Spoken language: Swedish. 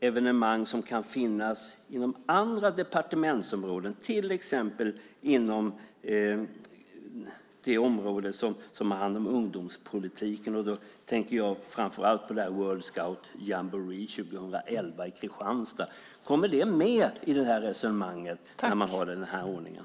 evenemang som kan finnas inom andra departementsområden, till exempel på det område som har hand om ungdomspolitiken? Jag tänker framför allt på World Scout Jamboree 2011 i Kristianstad. Kommer det med i resonemanget när man har den här ordningen?